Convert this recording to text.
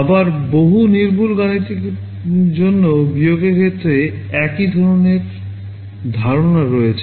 আবার বহু নির্ভুল গাণিতিকের জন্য বিয়োগের ক্ষেত্রে একই ধরণের ধারনা রয়েছে